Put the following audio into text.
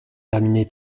terminé